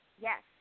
Yes